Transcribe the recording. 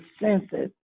senses